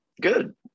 Good